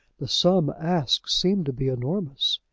the sum asked seemed to be enormous.